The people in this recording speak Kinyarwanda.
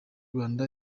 rwanda